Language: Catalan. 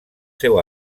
seu